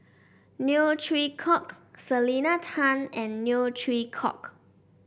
Neo Chwee Kok Selena Tan and Neo Chwee Kok